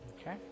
Okay